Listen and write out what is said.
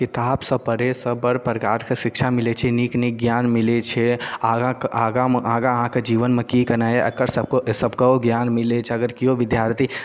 किताबसँ परे सभ बड़ प्रकारके शिक्षा मिलै छै नीक नीक ज्ञान मिलै छै आगाके आगामे आगा अहाँक जीवनमे की केनाइए एकर सभके सभके ओ ज्ञान मिलै छै अगर केओ विद्यार्थी